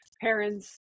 parents